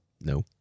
No